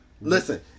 Listen